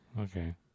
Okay